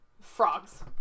Frogs